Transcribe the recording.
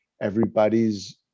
everybody's